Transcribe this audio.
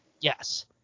Yes